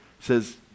says